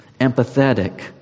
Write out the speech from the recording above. empathetic